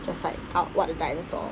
just like how what the dinosaur